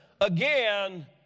again